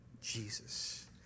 Jesus